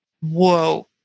whoa